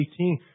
18